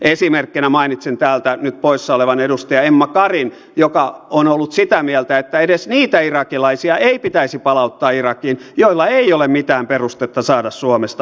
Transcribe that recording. esimerkkeinä mainitsen täältä nyt poissa olevan edustaja emma karin joka on ollut sitä mieltä että edes niitä irakilaisia ei pitäisi palauttaa irakiin joilla ei ole mitään perustetta saada suomesta oleskelulupaa